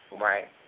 Right